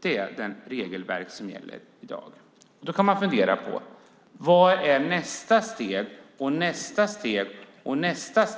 Det är det regelverk som gäller i dag. Då kan man fundera på vad som är nästa steg och nästa.